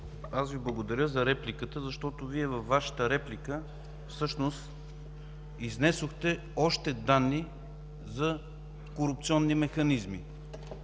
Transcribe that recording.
аз Ви благодаря за репликата, защото в нея всъщност изнесохте още данни за корупционни механизми.